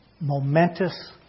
momentous